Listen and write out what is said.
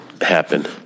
happen